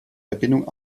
verbindung